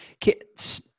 Kids